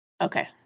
Okay